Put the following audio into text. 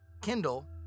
Kindle